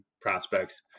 prospects